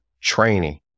training